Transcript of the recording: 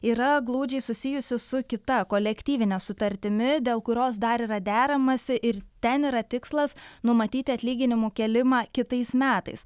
yra glaudžiai susijusi su kita kolektyvine sutartimi dėl kurios dar yra deramasi ir ten yra tikslas numatyti atlyginimų kėlimą kitais metais